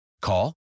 Call